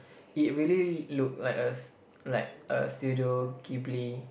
it really look like a s~ like a studio ghibli